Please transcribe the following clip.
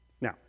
Now